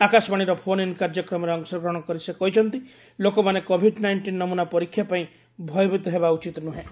ଆକାଶବାଣୀର ଫୋନ୍ଇନ୍ କାର୍ଯ୍ୟକ୍ରମରେ ଅଂଶଗ୍ରହଣ କରି ସେ କହିଛନ୍ତି ଲୋକମାନେ କୋଭିଡ ନାଇଷ୍ଟିନ୍ ନମୂନା ପରୀକ୍ଷା ପାଇଁ ଭୟଭୀତ ହେବା ଉଚିତ୍ ନୁହେଁ